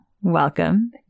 welcome